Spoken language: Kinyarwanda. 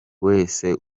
wese